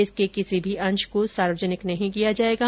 इसके किसी भी अंश को सार्वजनिक नहीं किया जाएगा